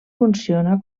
funciona